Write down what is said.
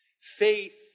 Faith